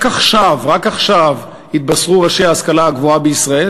רק עכשיו התבשרו ראשי ההשכלה הגבוהה בישראל